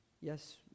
Yes